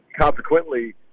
consequently